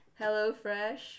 HelloFresh